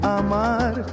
amar